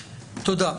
תודה.